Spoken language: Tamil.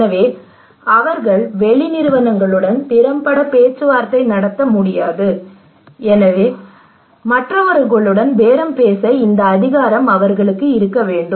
எனவே அவர்கள் வெளி நிறுவனங்களுடன் திறம்பட பேச்சுவார்த்தை நடத்த முடியாது எனவே மற்றவர்களுடன் பேரம் பேச இந்த அதிகாரம் அவர்களுக்கு இருக்க வேண்டும்